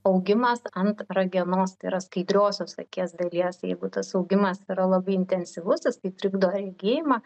augimas ant ragenos tai yra skaidriosios akies dalies jeigu tas augimas yra labai intensyvus jis tai trikdo regėjimą